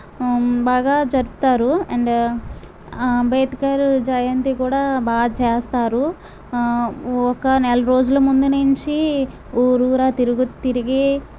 బాగా జరుపుతారు అండ్ అంబేద్కరు జయంతి కూడా బాగా చేస్తారు ఒక్క నెల రోజుల ముందు నుంచి ఊరురా తిరు తిరిగి